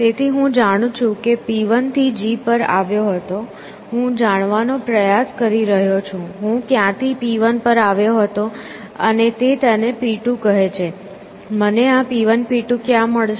તેથી હું જાણું છું કે હું P1 થી G પર આવ્યો હતો હું જાણવાનો પ્રયાસ કરી રહ્યો છું હું ક્યાંથી P1 પર આવ્યો હતો અને તે તેને P2 કહે છે મને આ P1 P2 ક્યાં મળશે